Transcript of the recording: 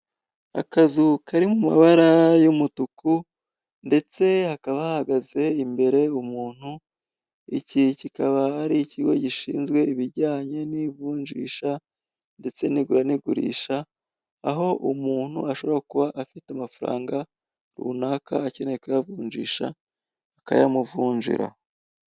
Akazu kari mu mabara y'umutuku ndetse hakaba ahagaze imbere umuntu, iki kikaba ari ikigo gishinzwe ibijyanye n'ivunjisha ndetse n'igura n'igurisha aho umuntu ashobora kuba afite amafaranga runaka akeneye kuyavunjisha bakayamuvunjira.